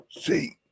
see